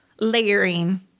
layering